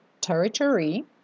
territory